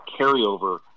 carryover